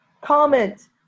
Comment